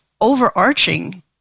overarching